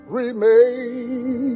remain